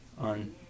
on